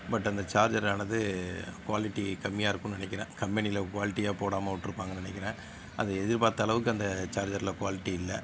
but அந்த சார்ஜரானது quality கம்மியாக இருக்கும்னு நெனைக்கிறேன் கம்பெனியில் குவாலிட்டியா போடாமல் விட்டுருப்பாங்கன்னு நெனைக்கிறேன் அது எதிர்பார்த்த அளவுக்கு அந்த சார்ஜரில் க்வாலிட்டி இல்லை